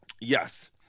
Yes